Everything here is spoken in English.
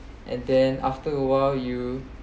and then after a while you